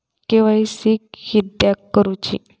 KYC किदयाक करूची?